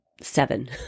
seven